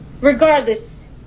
regardless